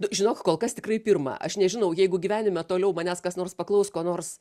nu žinok kol kas tikrai pirmą aš nežinau jeigu gyvenime toliau manęs kas nors paklaus ko nors